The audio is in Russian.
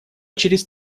через